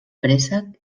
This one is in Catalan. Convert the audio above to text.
préssec